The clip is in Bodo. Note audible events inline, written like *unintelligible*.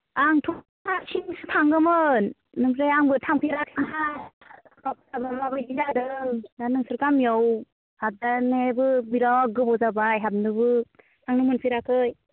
आंथ' *unintelligible* थांगोमोन आमफ्राय आंबो थांफेराखैना लामाफ्रा माबायदि जादों दा नोंसोर गामियाव हाबजानायाबो बेराद गोबाव जाबाय हाबनोबो थांनो मोनफेराखै